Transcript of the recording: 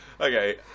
Okay